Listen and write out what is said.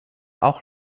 auch